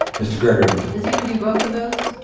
mr. gregory. is he going to do both of those?